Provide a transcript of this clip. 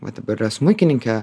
vat dabar yra smuikininkė